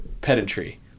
pedantry